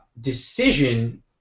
decision